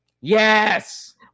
Yes